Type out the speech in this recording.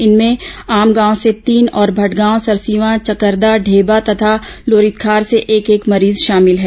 इनमें आमगांव से तीन और भटगांव सरसींवा चकरदा ढेबा तथा लोरितखार से एक एक मरीज शामिल हैं